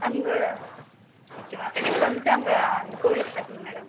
ma'am உங்கள் okay ma'am எனக்கு வந்துட்டு அங்கே அந்த கோவில காட்டணும் மேடம்